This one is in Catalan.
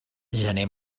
gener